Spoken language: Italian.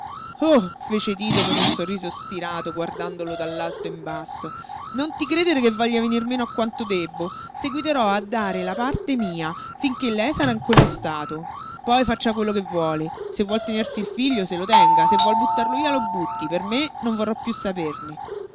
oh fece tito con un sorriso stirato guardandolo dall'alto in basso non ti credere che voglia venir meno a quanto debbo seguiterò a dare la parte mia finché lei sarà in quello stato poi faccia quello che vuole se vuol tenersi il figlio se lo tenga se vuol buttarlo via lo butti per me non vorrò piú saperne